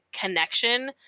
connection